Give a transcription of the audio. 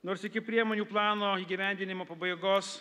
nors iki priemonių plano įgyvendinimo pabaigos